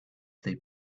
they